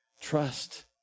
Trust